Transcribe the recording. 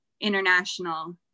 international